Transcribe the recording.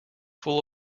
full